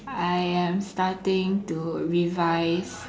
I am starting to revise